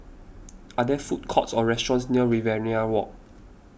are there food courts or restaurants near Riverina Walk